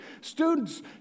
students